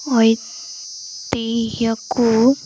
ଐତିହକୁ